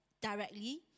directly